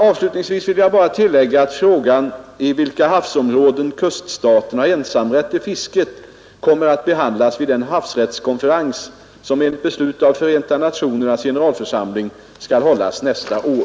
Avslutningsvis vill jag bara tillägga att frågan i vilka havsområden kuststaten har ensamrätt till fisket kommer att behandlas vid den havsrättskonferens som enligt beslut av Förenta nationernas generalförsamling skall hållas nästa år.